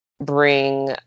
bring